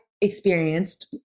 experienced